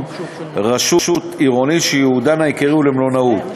רשות עירונית שייעודן העיקרי הוא למלונאות.